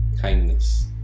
kindness